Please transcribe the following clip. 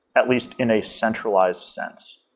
at least in a centralized sense.